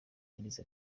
yagize